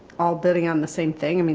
all bidding on the same thing. i mean,